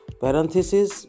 parenthesis